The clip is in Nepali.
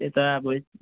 त्यही त अब